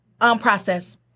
unprocessed